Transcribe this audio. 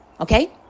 Okay